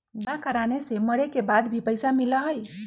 बीमा कराने से मरे के बाद भी पईसा मिलहई?